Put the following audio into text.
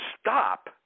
stop